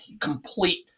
complete